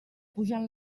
pugen